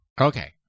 Okay